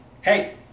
hey